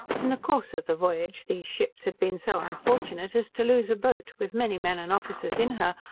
in the course of the voyage these ships had been so unfortunate as to lose a boat, with many men and officers in her,